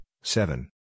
seven